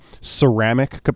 ceramic